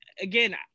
again